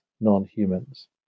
non-humans